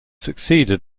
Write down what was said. succeeded